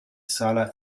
sala